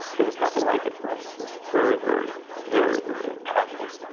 there was nothing like it for us. it was very, very, very, very impactful.